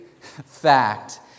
fact